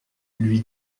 lui